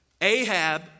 Ahab